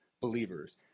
believers